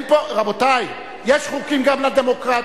אין פה, רבותי, יש חוקים גם לדמוקרטיה.